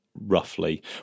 roughly